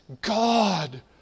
God